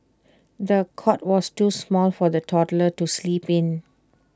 the cot was too small for the toddler to sleep in